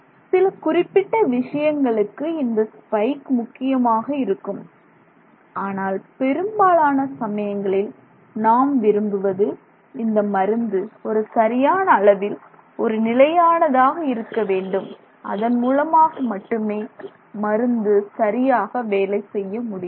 சில குறிப்பிட்ட விஷயங்களுக்கு இந்த ஸ்பைக் முக்கியமாக இருக்கும் ஆனால் பெரும்பாலான சமயங்களில் நாம் விரும்புவது இந்த மருந்து ஒரு சரியான அளவில் ஒரு நிலையானதாக இருக்க வேண்டும் அதன் மூலமாக மட்டுமே மருந்து சரியாக வேலை செய்ய முடியும்